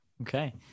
Okay